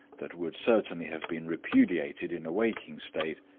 that would certainly have been repudiated in a waking state,